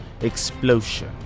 explosion